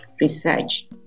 research